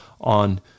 on